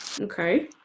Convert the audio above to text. Okay